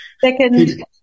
second